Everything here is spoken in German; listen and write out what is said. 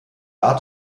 art